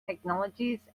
technologies